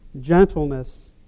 gentleness